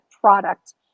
product